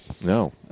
No